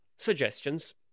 Suggestions